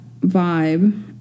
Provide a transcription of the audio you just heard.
vibe